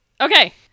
Okay